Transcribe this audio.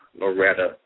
Loretta